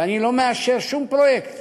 ואני לא מאשר שום פרויקט